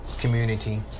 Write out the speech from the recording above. Community